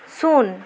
ᱥᱩᱱ